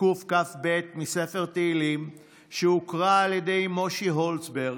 קכ"ב בספר תהילים שהוקרא על ידי מוישי הולצברג,